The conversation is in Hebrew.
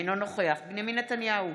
אינו נוכח בנימין נתניהו,